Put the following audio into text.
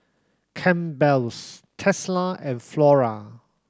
Campbell's Tesla and Flora